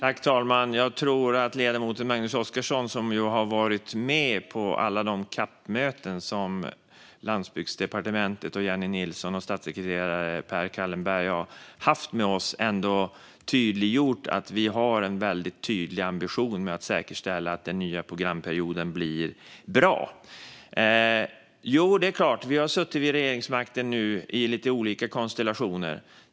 Fru talman! Jag tror att det för ledamoten Magnus Oscarsson, som ju har varit med på alla de CAP-möten som Landsbygdsdepartementet med Jennie Nilsson och statssekreterare Per Callenberg har haft med oss, tydliggjorts att vi har en väldigt tydlig ambition att säkerställa att den nya programperioden blir bra. Vi har nu suttit vid regeringsmakten i lite olika konstellationer.